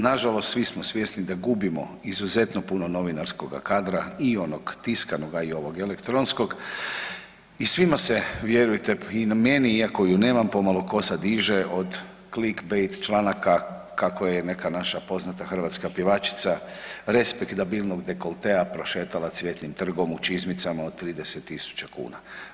Na žalost svi smo svjesni da gubimo izuzetno puno novinarskoga kadra i onog tiskanoga i ovog elektronskog i svima se vjerujte i meni iako ju nemam pomalo kosa diže od clickbait članaka kako je neka naša poznata hrvatska pjevačica respektabilnog dekoltea prošetala Cvjetnim trgom u čizmicama od 30 tisuća kuna.